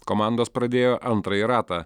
komandos pradėjo antrąjį ratą